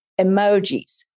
Emojis